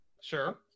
Sure